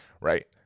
right